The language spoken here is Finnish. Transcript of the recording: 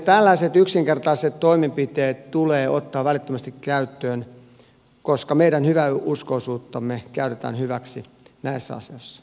tällaiset yksinkertaiset toimenpiteet tulee ottaa välittömästi käyttöön koska meidän hyväuskoisuuttamme käytetään hyväksi näissä asioissa